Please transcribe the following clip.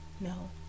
No